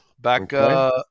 Back